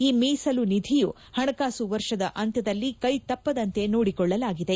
ಈ ಮೀಸಲು ನಿಧಿಯು ಹಣಕಾಸು ವರ್ಷದ ಅಂತ್ಯದಲ್ಲಿ ಕೈತಪ್ಪದಂತೆ ನೋಡಿಕೊಳ್ಟಲಾಗಿದೆ